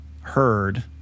heard